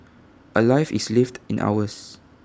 A life is lived in hours